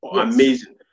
Amazing